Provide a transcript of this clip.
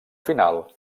final